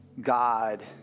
God